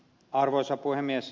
arvoisa puhemies